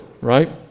right